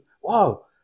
Whoa